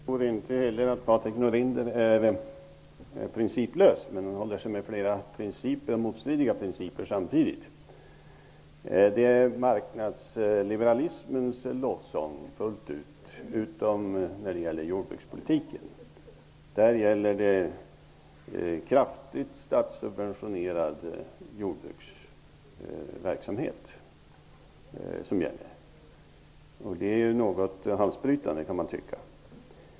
Herr talman! Jag tror inte heller att Patrik Norinder är principlös, men han håller sig med motstridiga principer samtidigt. Det är marknadsliberalismens lovsång fullt ut, utom när det gäller jordbrukspolitiken. Där är det kraftigt statssubventionerad jordbruksverksamhet som gäller. Det är något halsbrytande, kan man tycka.